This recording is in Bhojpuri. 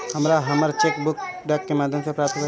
हमरा हमर चेक बुक डाक के माध्यम से प्राप्त भईल बा